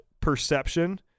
Perception –